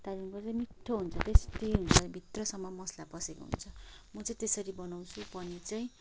त्यहाँदेखिको चाहिँ मिठो हुन्छ टेस्टी हुन्छ भित्रसम्म मसला पसेको हुन्छ म चाहिँ त्यसरी बनाउँछु पनिर चाहिँ